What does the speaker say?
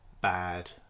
bad